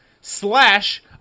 slash